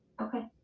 Okay